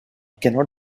cannot